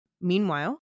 meanwhile